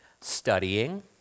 studying